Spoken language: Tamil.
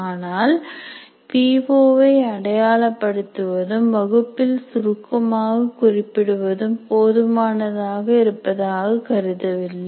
ஆனால் பி ஓ வை அடையாளப்படுத்துவதும் வகுப்பில் சுருக்கமாக குறிப்பிடுவதும் போதுமானதாக இருப்பதாக கருதவில்லை